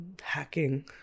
hacking